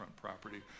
property